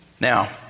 Now